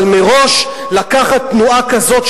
אבל מראש לקחת תנועה כזאת,